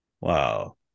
wow